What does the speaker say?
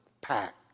pack